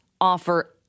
offer